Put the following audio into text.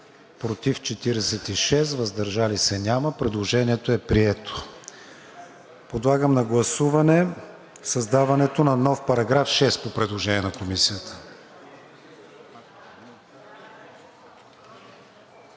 против 46, въздържали се няма. Предложението е прието. Подлагам на гласуване създаването на нов § 6 по предложение на Комисията.